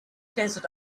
desert